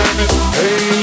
Hey